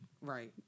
Right